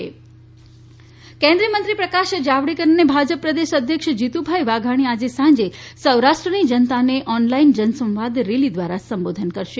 વરર્યુઅલ જનસંવાદ રેલી કેન્દ્રીયમંત્રી પ્રકાશ જાવડેકર અને ભાજપા પ્રદેશ અધ્યક્ષ જીતુભાઇ વાઘાણી આજે સાંજે સૌરાષ્ટ્રની જનતાને ઓનલાઇન જનસંવાદ રેલી દ્વારા સંબોધન કરશે